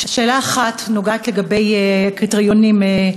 שאלה אחת לגבי קריטריונים,